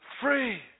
free